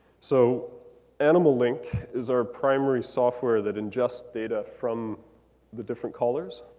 so animal link is our primary software that ingests data from the different collars.